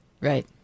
Right